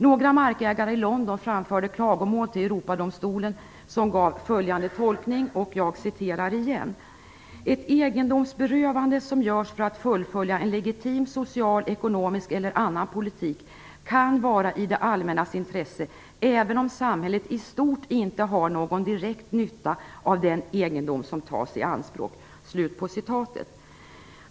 Några markägare i London framförde klagomål till Europadomstolen, som gjorde följande tolkning: Ett egendomsberövande som görs för att fullfölja en legitim social, ekonomisk eller annan politik kan vara i det allmännas intresse även om samhället i stort inte har någon direkt nytta av den egendom som tas i anspråk.